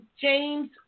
James